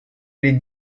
les